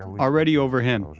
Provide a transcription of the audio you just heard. and already over him,